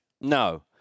No